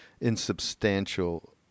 insubstantial